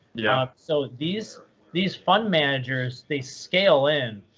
yeah. so these these fund managers, they scale in,